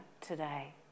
today